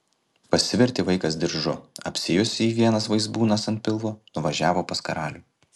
pasivertė vaikas diržu apsijuosė jį vienas vaizbūnas ant pilvo nuvažiavo pas karalių